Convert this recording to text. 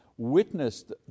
witnessed